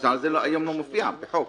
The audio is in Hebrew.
שזה היום לא מופיע בחוק.